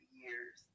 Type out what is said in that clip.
years